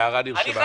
ההערה נרשמה.